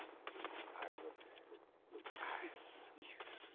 i would ask you